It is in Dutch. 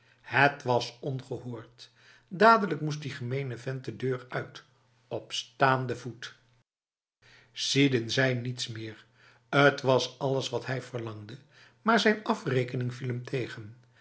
het was ongehoord dadelijk moest die gemene vent de deur uit op staande voet sidin zei niets meer t was alles wat hij verlangde maar zijn afrekening viel hem tegen